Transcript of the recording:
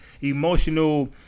emotional